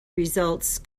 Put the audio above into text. results